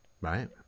Right